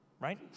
right